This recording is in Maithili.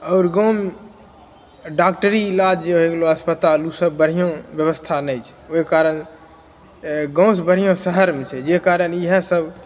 आओर गाँवमे डॉक्टरी इजाज जे हो गेलै अस्पताल ओसब बढ़िआँ बेबस्था नहि छै ओहि कारण गाँव से बढ़िआँ शहर होइत छै जे कारण इएह सब